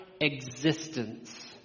existence